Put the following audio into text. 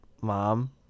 mom